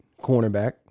cornerback